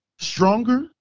stronger